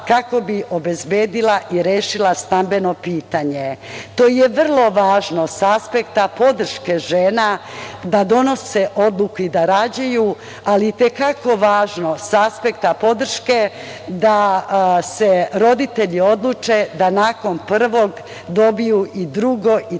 kako bi obezbedila i rešila stambeno pitanje. To je vrlo važno sa aspekta podrške žena da donose odluku da rađaju, ali i te kako važno sa aspekta podrške da se roditelji odluče da nakon prvo dobiju i drugo i treće